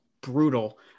brutal